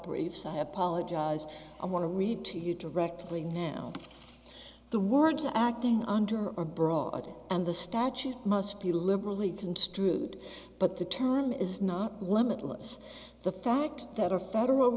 briefs i apologize i want to read to you directly now the words acting under are broad and the statute must be liberally construed but the term is not limitless the fact that a federal